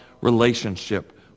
relationship